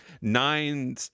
nine